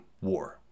war